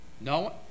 No